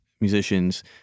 musicians